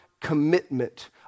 commitment